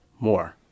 More